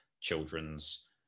children's